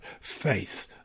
faith